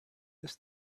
this